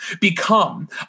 become